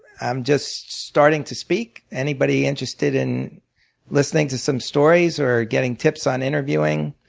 i'm just starting to speak. anybody interested in listening to some stories or getting tips on interviewing,